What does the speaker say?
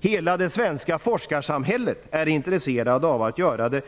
Hela det svenska forskarsamhället är intresserat av att göra det.